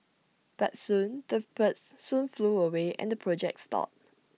but soon the birds soon flew away and the project stalled